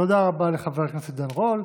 תודה רבה לחבר הכנסת עידן רול.